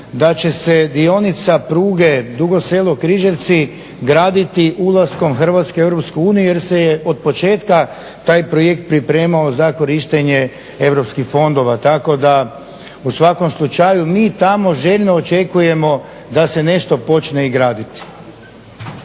da će se dionica pruge Dugo Selo- Križevci graditi ulaskom Hrvatske u EU jer se je od početka taj projekt pripremao za korištenje europskih fondova tako da u svakom slučaju mi tamo željno očekujemo da se nešto i počne graditi.